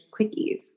quickies